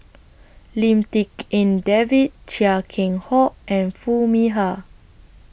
Lim Tik En David Chia Keng Hock and Foo Mee Har